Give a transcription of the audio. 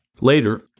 Later